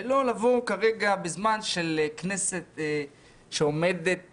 ולא כרגע בזמן של כנסת שעומדת